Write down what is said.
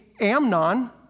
Amnon